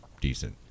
decent